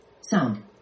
Sound